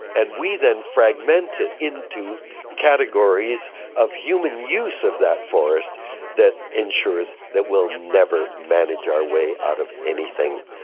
and we then fragment it into categories of human use of that forest that ensures that we will never manage our way out of anything.